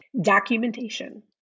Documentation